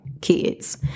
Kids